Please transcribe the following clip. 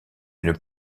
une